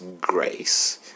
grace